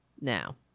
now